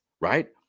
right